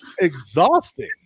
Exhausting